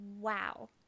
Wow